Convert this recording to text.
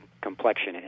complexion